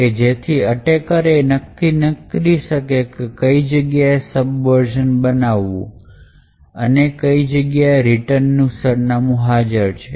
કે જેથી અટેકર એ નક્કી ના કરી શકે કે કઈ જગ્યાએ સબવર્ઝન બનાવશે અને કઈ જગ્યાએ રિટર્ન નું સરનામું હાજર છે